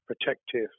protective